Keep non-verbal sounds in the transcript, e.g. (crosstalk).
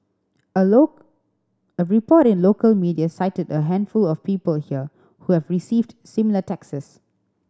a (unintelligible) a report in local media cited a handful of people here who have received similar texts